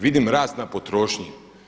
Vidim rast na potrošnji.